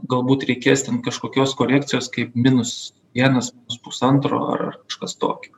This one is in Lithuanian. galbūt reikės ten kažkokios korekcijos kaip minus vienas pusantro ar kažkas tokio